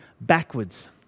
backwards